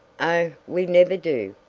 oh, we never do,